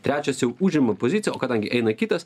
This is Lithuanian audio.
trečias jau užima poziciją o kadangi eina kitas